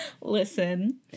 Listen